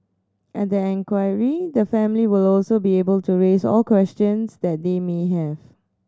at the inquiry the family will also be able to raise all questions that they may have